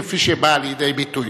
כפי שבאה לידי ביטוי.